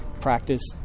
practice